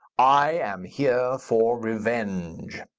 i am here for revenge.